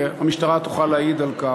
והמשטרה תוכל להעיד על כך,